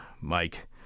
Mike